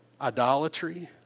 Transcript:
idolatry